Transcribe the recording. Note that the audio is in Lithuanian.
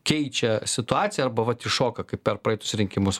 keičia situaciją arba vat iššoka kaip per praeitus rinkimus